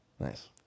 Nice